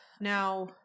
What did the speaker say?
Now